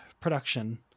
production